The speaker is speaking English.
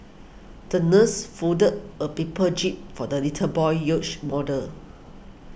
the nurse folded a paper jib for the little boy's yacht model